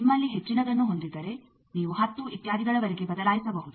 ನಿಮ್ಮಲ್ಲಿ ಹೆಚ್ಚಿನದನ್ನು ಹೊಂದಿದ್ದರೆ ನೀವು 10 ಇತ್ಯಾದಿಗಳವರೆಗೆ ಬದಲಾಯಿಸಬಹುದು